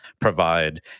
provide